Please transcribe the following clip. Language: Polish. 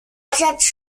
zaczepić